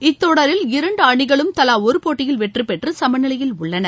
இத்தொடரில் இரண்டு அணிகளும் தலா ஒரு போட்டியில் வெற்றி பெற்று சும நிலையில் உள்ளன